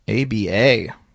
ABA